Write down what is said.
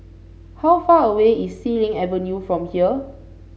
how far away is Xilin Avenue from here